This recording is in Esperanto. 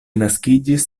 naskiĝis